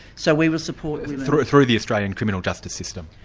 so we will support. through through the australian criminal justice system?